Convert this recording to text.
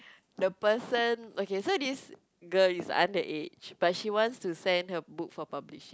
the person okay so this girl is underage but she wants to send her book for publishing